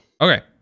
Okay